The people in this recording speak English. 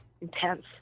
intense